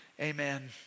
Amen